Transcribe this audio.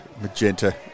magenta